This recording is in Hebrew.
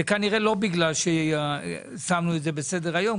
זה כנראה לא בגלל ששמנו את זה בסדר היום,